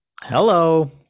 Hello